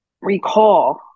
recall